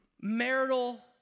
marital